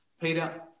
Peter